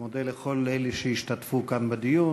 אני מודה לכל אלה שהשתתפו כאן בדיון.